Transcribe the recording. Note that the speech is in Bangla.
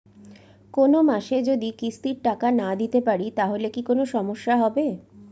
কোনমাসে যদি কিস্তির টাকা না দিতে পারি তাহলে কি কোন সমস্যা হবে?